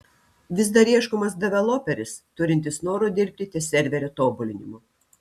vis dar ieškomas developeris turintis noro dirbti ties serverio tobulinimu